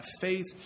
faith